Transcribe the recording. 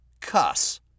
cuss